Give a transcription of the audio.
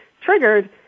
triggered